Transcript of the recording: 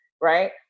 right